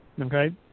okay